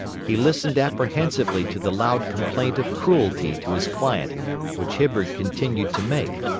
he listened apprehensively to the loud complaint of cruelty to his client which hibbard continued to make,